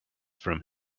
from